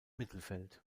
mittelfeld